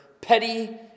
petty